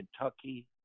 Kentucky